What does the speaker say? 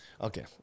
Okay